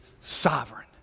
sovereign